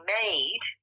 made